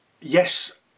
yes